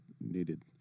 needed